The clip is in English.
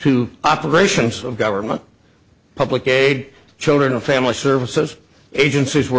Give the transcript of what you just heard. to operations of government public aid children and family services agencies we're